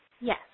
Yes